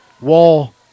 Wall